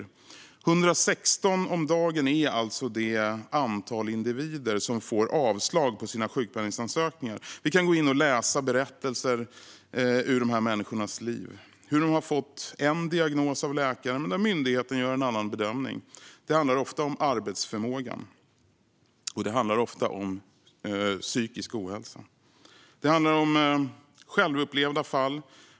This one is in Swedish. Detta - 116 - är alltså det antal individer som får avslag på sina sjukpenningsansökningar. Vi kan gå in och läsa berättelser ur dessa människors liv. Vi kan läsa om hur de har fått en diagnos av läkaren, men myndigheten gör en annan bedömning. Det handlar ofta om arbetsförmågan, och det handlar ofta om psykisk ohälsa. Det handlar om självupplevda fall.